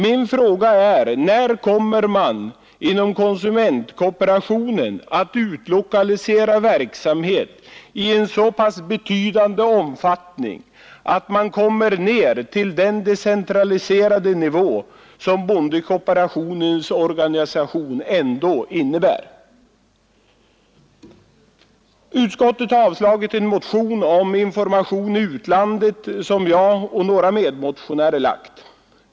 Min fråga är: När kommer man inom konsumentkooperationen att utlokalisera verksamhet i en så betydande omfattning att man kommer ner till den decentraliserade nivå som bondekooperationens organisation ändå innebär? Utskottet har avslagit en motion om information i utlandet som jag och några medmotionärer lagt.